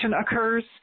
occurs